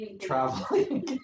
traveling